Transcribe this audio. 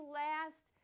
last